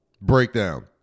breakdown